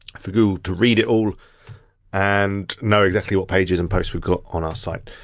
for google to read it all and know exactly what pages and posts we've got on our site.